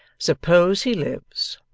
suppose he lives,